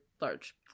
large